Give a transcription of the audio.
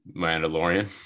Mandalorian